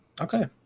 Okay